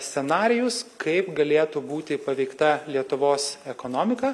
scenarijus kaip galėtų būti paveikta lietuvos ekonomika